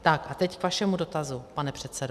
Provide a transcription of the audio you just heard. A teď k vašemu dotazu, pane předsedo.